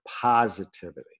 positivity